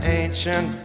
ancient